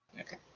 Okay